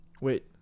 wait